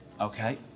Okay